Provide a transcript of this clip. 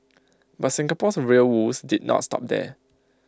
but Singapore's rail woes did not stop there